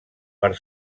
per